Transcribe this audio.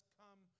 come